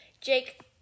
Jake